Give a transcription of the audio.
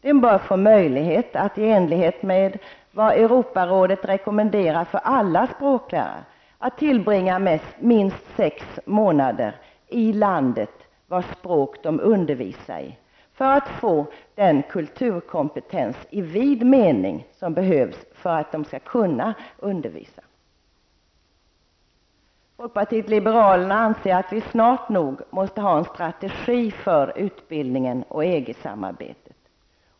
De bör få möjlighet, i enlighet med vad Europarådet rekommenderar för alla språklärare, att tillbringa minst 6 månader i landet vars språk de undervisar i, för att få den kulturkompetens i vid mening som behövs för att de skall kunna undervisa. Folkpartiet liberalerna anser att vi snart nog måste ha en strategi för utbildningen och EG-samarbetet.